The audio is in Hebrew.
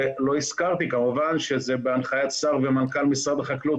ולא הזכרתי כמובן שזה בהנחיית שר ומנכ"ל משרד החקלאות